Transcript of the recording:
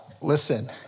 listen